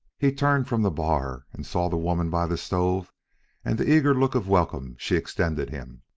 he turned from the bar and saw the woman by the stove and the eager look of welcome she extended him.